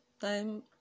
time